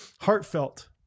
Heartfelt